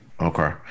Okay